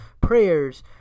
prayers